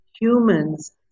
humans